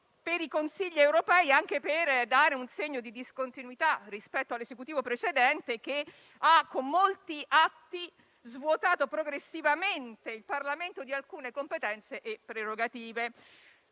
dei Consigli europei, anche per dare un segno di discontinuità rispetto all'Esecutivo precedente, che con molti atti lo ha svuotato progressivamente di alcune competenze e prerogative.